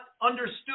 understood